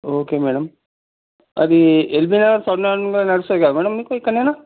okay madam అది యల్బినగర్ ఫర్మాన్గూడా నడుస్తుంది కదా మేడం మీకు ఎక్కడైన